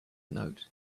note